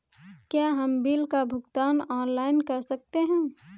क्या हम बिल का भुगतान ऑनलाइन कर सकते हैं?